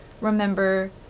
remember